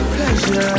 Pleasure